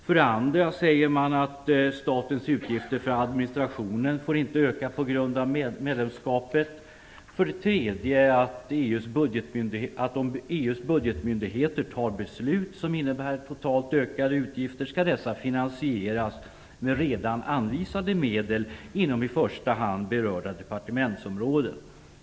För det andra säger man att statens utgifter för administrationen inte får öka på grund av medlemskapet. För det tredje: Om EU:s budgetmyndigheter fattar beslut som innebär totalt ökade utgifter skall dessa finansieras med redan anvisade medel inom i första hand berörda departementsområden.